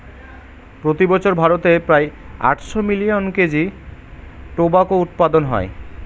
প্রতি বছর ভারতে প্রায় আটশো মিলিয়ন কেজি টোবাকো উৎপাদন হয়